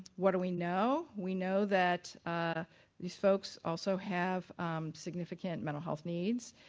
what do we know? we know that these folks also have significant mental health needs,